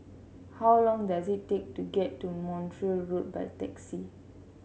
how long does it take to get to Montreal Road by taxi